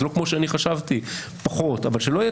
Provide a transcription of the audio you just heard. אז לא כמו שאני חשבתי אלא פחות אבל שלא יהיה